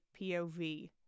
POV